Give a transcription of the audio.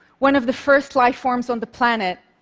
one of the first lifeforms on the planet,